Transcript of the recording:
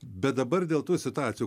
bet dabar dėl tų situacijų